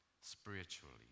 spiritually